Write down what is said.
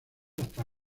hasta